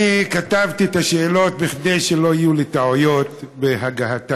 אני כתבתי את השאלות בכדי שלא יהיו לי טעויות בהגייתן.